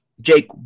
Jake